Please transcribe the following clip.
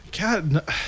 God